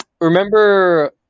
remember